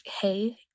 Hey